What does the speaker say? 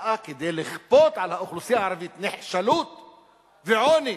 שבאה כדי לכפות על האוכלוסייה הערבית נחשלות ועוני.